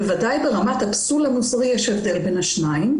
בוודאי ברמת הפסול המוסרי יש הבדל בין השניים.